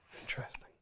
Interesting